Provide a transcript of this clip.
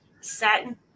satin